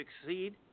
succeed